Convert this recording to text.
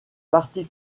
parti